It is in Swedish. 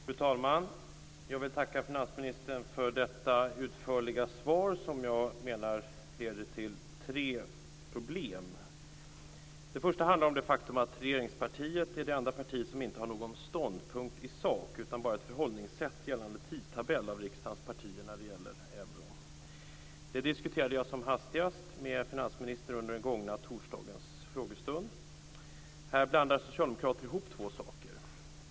Fru talman! Jag vill tacka finansministern för detta utförliga svar som jag menar leder till tre problem. Det första handlar om det faktum att regeringspartiet är det enda parti av riksdagens partier som inte har någon ståndpunkt i sak utan bara ett förhållningssätt gällande tidtabell när det gäller euron. Det diskuterade jag som hastigast med finansministern under den gångna torsdagens frågestund. Här blandar socialdemokraterna ihop två saker.